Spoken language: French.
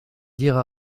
dire